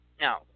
Now